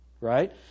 right